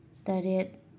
ꯇꯔꯦꯠ